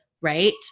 Right